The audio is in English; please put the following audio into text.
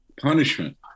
punishment